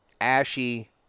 ashy